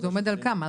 זה עומד על כמה?